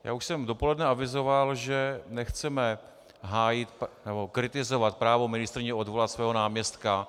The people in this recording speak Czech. Já už jsem dopoledne avizoval, že nechceme hájit nebo kritizovat právo ministryně odvolat svého náměstka.